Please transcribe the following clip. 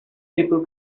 people